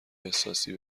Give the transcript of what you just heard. احساسی